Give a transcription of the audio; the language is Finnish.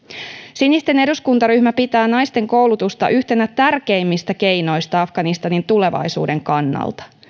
sinisten eduskuntaryhmä pitää naisten koulutusta yhtenä tärkeimmistä keinoista afganistanin tulevaisuuden kannalta